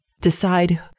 decide